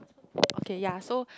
okay ya so